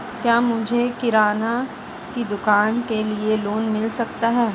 क्या मुझे किराना की दुकान के लिए लोंन मिल सकता है?